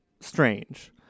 strange